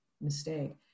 mistake